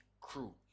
Crew